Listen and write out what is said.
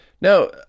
Now